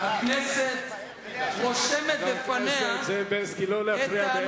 חבר הכנסת בילסקי, לא להפריע.